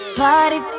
party